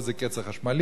פה זה קצר חשמלי,